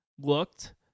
looked